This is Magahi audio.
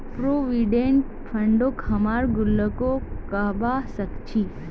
प्रोविडेंट फंडक हमरा गुल्लको कहबा सखछी